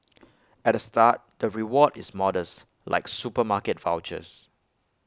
at the start the reward is modest like supermarket vouchers